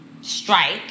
strike